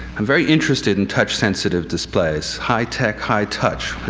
i'm very interested in touch-sensitive displays. high-tech, high-touch.